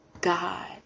God